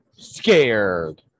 scared